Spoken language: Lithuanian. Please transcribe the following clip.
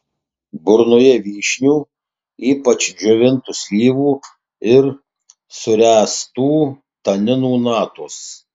burnoje vyšnių ypač džiovintų slyvų ir suręstų taninų natos